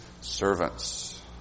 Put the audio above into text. servants